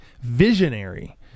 visionary